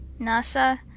Nasa